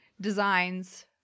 designs